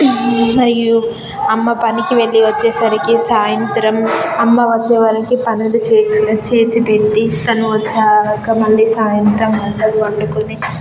మరియు అమ్మ పనికి వెళ్ళి వచ్చేసరికి సాయంత్రం అమ్మ వచ్చేవరికి పనులు చేసి చేసిపెట్టి తను వచ్చాక మళ్ళీ సాయింత్రం వంటలు వండుకొని